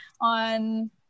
on